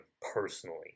personally